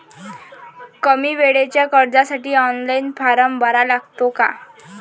कमी वेळेच्या कर्जासाठी ऑनलाईन फारम भरा लागते का?